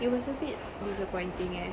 it was a bit disappointing eh